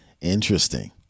Interesting